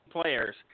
players